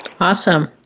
Awesome